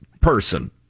person